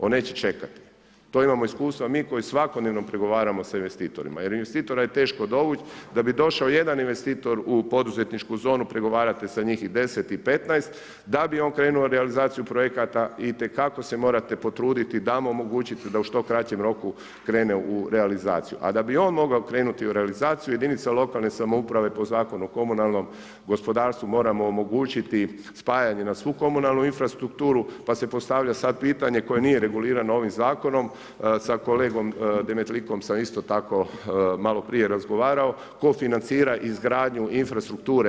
On neće čekat, to imamo iskustva mi koji svakodnevno pregovaramo za investitorima jer investitora je teško dovuć, da bi došao jedan investitor u poduzetničku zonu pregovarate sa njih i 10 i 15, da bi on krenuo u realizaciju projekata itekako se morate potruditi da mu omogućite da u što kraćem roku krene u realizaciju, a da bi on mogao krenuti u realizaciju, jedinica lokalne samouprave po Zakonu komunalnom gospodarstvu mora mu omogućiti spajanje na svu komunalnu infrastrukturu pa se postavlja sad pitanje koje nije regulirano ovim zakonom, sa kolegom Demetlikom sam isto maloprije razgovarao, tko financira izgradnju infrastrukture?